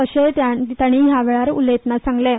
अशेंय तांणी ह्या वेळार उलयतना सांगलें